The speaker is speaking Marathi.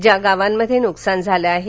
ज्या गावांमध्ये नुकसान झालं आहे